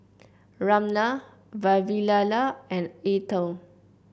Ramnath Vavilala and Atal